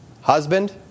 husband